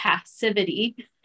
passivity